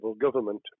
government